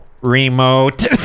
remote